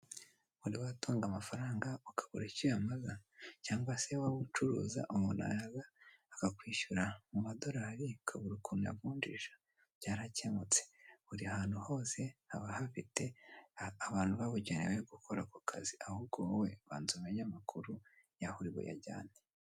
Wari watunga amafaranga ukabura icyo uyamaza? cyangwa se waba ucuruza, umuntu yaza akakwishyura mu madorari ukabura ukuntu uyavunjisha? Byarakemutse, buri hantu hose haba hafite abantu babugenewe bo gukora ako kazi, ahubwo wowe banza umenye amakuru y'aho uri buyajyane.